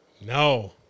No